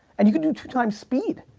and you can do two times speed,